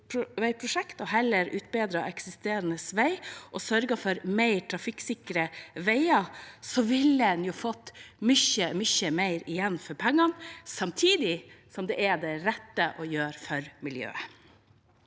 og heller utbedret eksisterende vei og sørget for mer trafikksikre veier, ville en jo fått mye, mye mer igjen for pengene, samtidig som det er det rette å gjøre for miljøet.